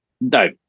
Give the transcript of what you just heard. no